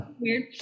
Weird